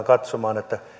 katsomaan